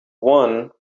one